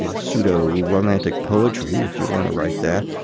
ah pseudo romantic poetry if you want to write that.